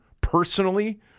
personally